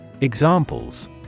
Examples